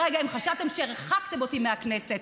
הגעתם לוועדת הכנסת,